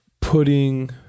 putting